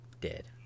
dead